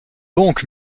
donc